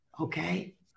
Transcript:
Okay